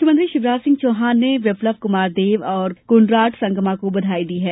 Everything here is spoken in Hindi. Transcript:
मुख्यमंत्री शिवराज सिंह चौहान ने बिपल्ब कुमार देब और कोनराड संगमा को बधाई दी है